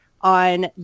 on